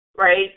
right